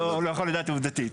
אני לא יכול לדעת עובדתית.